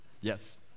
yes